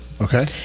Okay